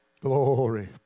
Glory